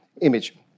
image